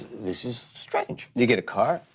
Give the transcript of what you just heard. this is strange. do you get a car?